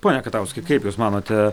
pone katauskai kaip jūs manote